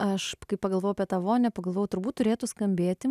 aš pagalvojau apie tą vonią pagalvojau turbūt turėtų skambėti